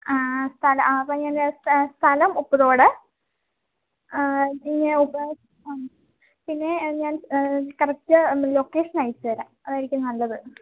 ആ അപ്പം ഇങ്ങനെ സ്ഥലം ഉപ്പുതോട് പിന്നെ പിന്നെ ഞാൻ കറക്റ്റ് ലൊക്കേഷന് അയച്ച് തരാം അതായിരിക്കും നല്ലത്